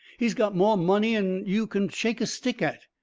he's got more money'n you can shake a stick at,